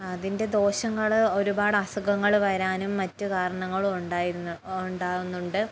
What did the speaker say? അതിൻ്റെ ദോഷങ്ങൾ ഒരുപാട് അസുഖങ്ങൾ വരാനും മറ്റു കാരണങ്ങളും ഉണ്ടായിരുന്നു ഉണ്ടാകുന്നുണ്ട്